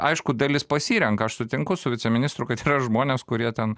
aišku dalis pasirenka aš sutinku su viceministru kad yra žmonės kurie ten